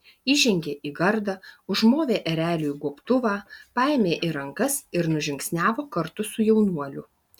įžengė į gardą užmovė ereliui gobtuvą paėmė į rankas ir nužingsniavo kartu su jaunuoliu